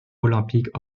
olympique